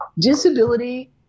disability